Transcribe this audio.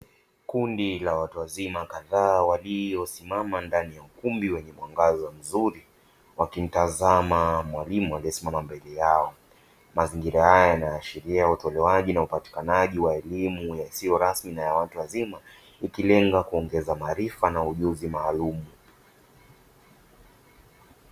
Kundi la watu wazima kadhaa waliosimama ndani ya ukumbi wenye mwangaza mzuri, wakimtazama mwalimu aliyesimama mbele yao mazingira haya yanashiria ya utolewaji na upatikanaji wa elimu isiyo rasmi, na ya watu wazima ikilenga kuongeza maarifa na ujuzi maalum.